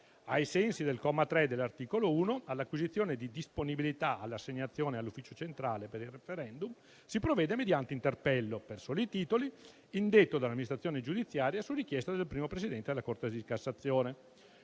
Ai sensi del comma 3 dell'articolo 1, all'acquisizione di disponibilità all'assegnazione all'Ufficio centrale per il referendum, si provvede mediante interpello per soli titoli indetto dall'amministrazione giudiziaria su richiesta del primo Presidente della Corte di cassazione.